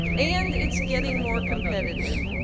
and it's getting more competitive.